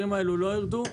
המחירים האלה לא ירדו,